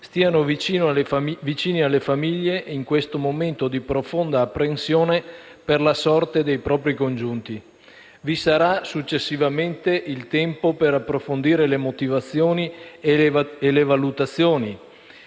stiano vicini alle famiglie in questo momento di profonda apprensione per la sorte dei propri congiunti. Vi sarà successivamente il tempo per approfondire le motivazioni e le valutazioni